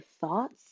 thoughts